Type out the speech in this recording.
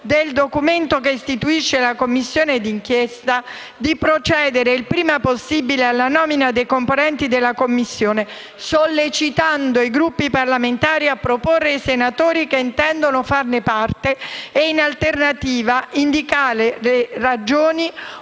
del documento che istituisce la Commissione d'inchiesta, di procedere il prima possibile alla nomina dei componenti, sollecitando i Gruppi parlamentari a proporre i senatori che intendono far parte della Commissione o, in alternativa, di indicare le ragioni